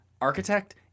Architect